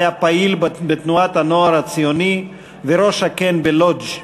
היה פעיל בתנועת "הנוער הציוני" וראש הקן בלודז'.